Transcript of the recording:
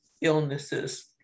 illnesses